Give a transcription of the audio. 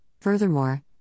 Furthermore